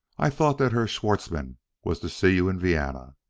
i thought that herr schwartzmann was to see you in vienna!